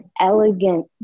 elegant